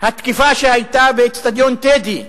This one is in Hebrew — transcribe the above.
התקיפה שהיתה באיצטדיון "טדי",